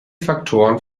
faktoren